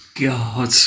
God